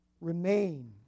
remain